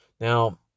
Now